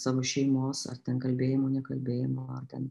savo šeimos o ten kalbėjimo nekalbėjimo ar ten